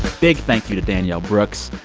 big thank you to danielle brooks.